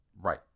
Right